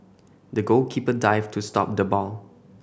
the goalkeeper dived to stop the ball